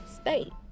state